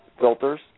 filters